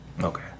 Okay